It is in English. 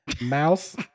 mouse